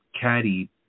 caddy